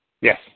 Yes